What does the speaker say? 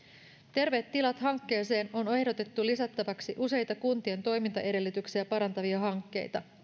terveet tilat hankkeeseen on on ehdotettu lisättäväksi useita kuntien toimintaedellytyksiä parantavia hankkeita